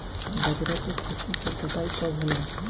बजरा के खेती के कटाई कब होला?